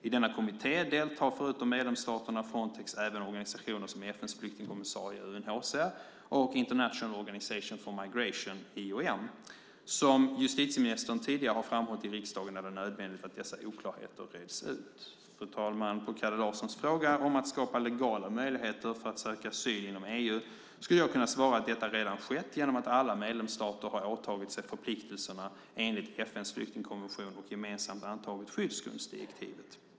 I denna kommitté deltar förutom medlemsstaterna och Frontex även organisationer som FN:s flyktingkommissarie, UNHCR, och International Organization for Migration, IOM. Som justitieministern tidigare har framhållit i riksdagen är det nödvändigt att dessa oklarheter reds ut. Fru talman! På Kalle Larssons fråga om att skapa legala möjligheter för att söka asyl inom EU skulle jag kunna svara att detta redan skett genom att alla medlemsstater har åtagit sig förpliktelserna enligt FN:s flyktingkonvention och gemensamt antagit skyddsgrundsdirektivet.